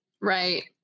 Right